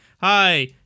hi